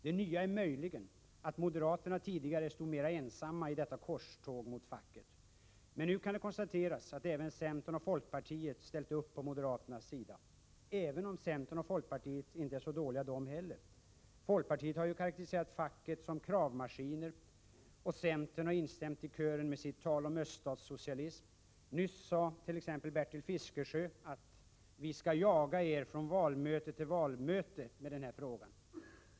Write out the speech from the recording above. Det nya är möjligen att moderaterna tidigare stod mera ensamma i detta korståg mot facket. Nu kan det konstateras att också centern och folkpartiet ställer upp på moderaternas sida — och centern och folkpartiet är då inte så dåliga! Folkpartiet har karakteriserat de fackliga organisationerna som kravmaskiner. Centern har nu instämt i kören med sitt tal om öststatssocialism. Nyss sade t.ex. Bertil Fiskesjö: Vi skall jaga er från valmöte till valmöte med den här frågan.